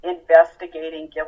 investigating